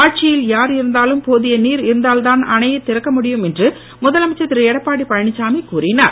ஆட்சியில் யார் இருந்தாலும் போதிய நீர் இருந்தால் தான் அணையை இறக்க முடியும் என்று முதலமைச்சர் இரு எடப்பாடி பழனிச்சாமி கூறினார்